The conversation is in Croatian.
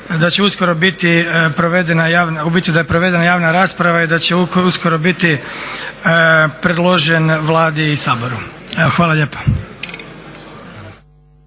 da je provedena javna rasprava i da će uskoro biti predložen Vladi i Saboru. Evo, hvala lijepa.